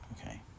okay